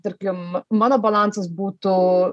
tarkim mano balansas būtų